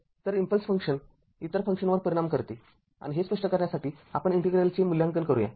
तर impulse function इतर फंक्शनवर परिणाम करते आणि हे स्पष्ट करण्यासाठी आपण इंटिग्रेलचे मूल्यांकन करूया